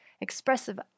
expressive